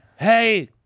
hey